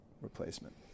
replacement